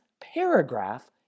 paragraph